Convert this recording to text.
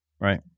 Right